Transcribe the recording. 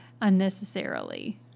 unnecessarily